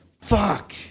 Fuck